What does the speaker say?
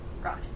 Right